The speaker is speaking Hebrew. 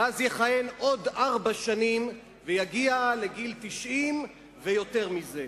ואז יכהן עוד ארבע שנים ויגיע לגיל 90 ויותר מזה.